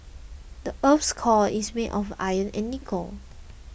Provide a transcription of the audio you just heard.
the earth's core is made of iron and nickel